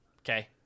Okay